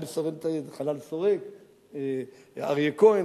אריה כהן.